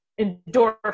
endorphin